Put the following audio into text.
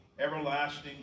everlasting